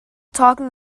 talking